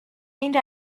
این